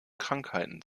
krankheiten